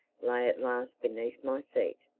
lay at last beneath my feet!